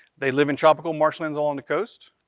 they live in tropical marshlands along the coast,